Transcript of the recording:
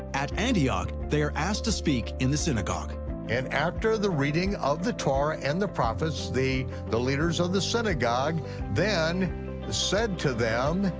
at antioch, they are asked to speak in the synagogue and after the reading of the torah and the prophets, the the leaders of the synagogue then said to them,